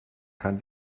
kann